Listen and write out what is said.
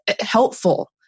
helpful